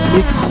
Mix